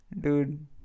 dude